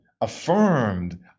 affirmed